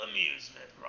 Amusement